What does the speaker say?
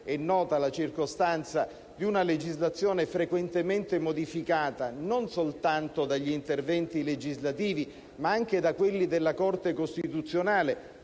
È nota la circostanza di una legislazione frequentemente modificata, non soltanto dagli interventi legislativi, ma anche da quelli della Corte costituzionale,